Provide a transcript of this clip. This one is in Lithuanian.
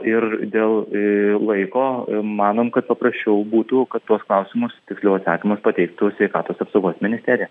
ir dėl a laiko manom kad paprasčiau būtų kad tuos klausimus tiksliau atsakymus pateiktų sveikatos apsaugos ministerija